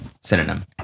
synonym